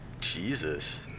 Jesus